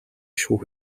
шүүх